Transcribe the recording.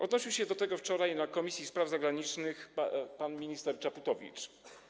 Odnosił się do tego wczoraj w Komisji Spraw Zagranicznych pan minister Czaputowicz.